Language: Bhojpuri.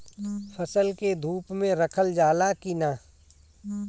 फसल के धुप मे रखल जाला कि न?